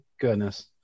goodness